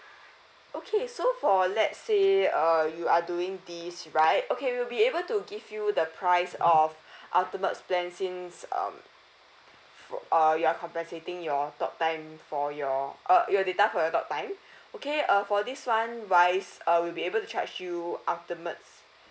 okay so for let say uh you are doing this right okay we'll be able to give you the price of ultimates plan since um for uh we are compensating your talk time for your uh your data for your talk time okay uh for this one wise uh we'll be able to charge you ultimates